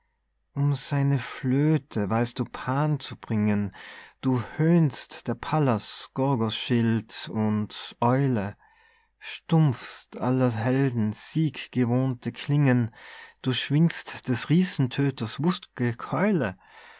um seine flöte weißt du pan zu bringen du höhnst der pallas gorgoschild und eule stumpfst aller helden sieggewohnte klingen du schwingst des riesentödters wucht'ge keule